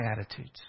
attitudes